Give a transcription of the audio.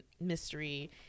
mystery